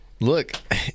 Look